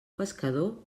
pescador